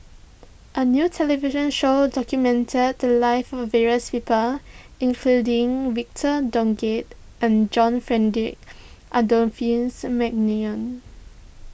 a new television show documented the lives of various people including Victor Doggett and John Frederick Adolphus McNair